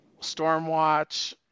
Stormwatch